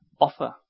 offer